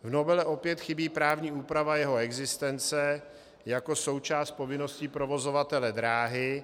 V novele opět chybí právní úprava jeho existence jako součást povinnosti provozovatele dráhy.